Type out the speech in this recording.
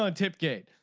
ah tip gate.